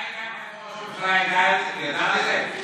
אתה יודע מתי ראש הממשלה ידע על זה?